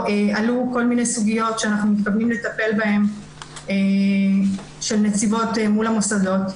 עלו בו כל מיני סוגיות שאנחנו מתכוונים לטפל בהן של נציבות מול המוסדות.